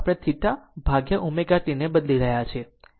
આપણે θ ω t ને બદલી રહ્યા છીએ અને આ Em છે